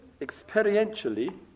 experientially